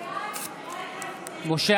חברי הכנסת) משה